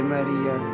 Maria